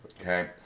Okay